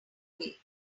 away